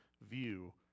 view